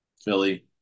Philly